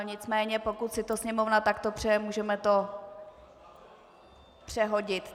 Nicméně pokud si to Sněmovna takto přeje, můžeme to přehodit.